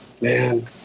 man